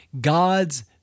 God's